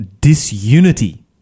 disunity